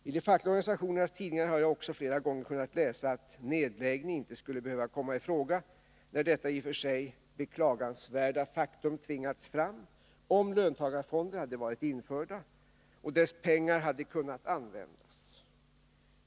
I de fackliga organisationernas tidningar har jag också flera gånger kunnat läsa att nedläggning inte skulle behöva komma i fråga — när detta i och för sig beklagansvärda faktum tvingats fram — om löntagarfonder hade varit införda och dess pengar kunnat användas.